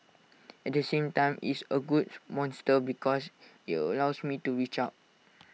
at the same time it's A good monster because IT allows me to reach out